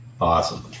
awesome